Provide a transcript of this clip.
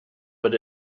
but